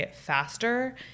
faster